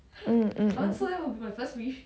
mm mm mm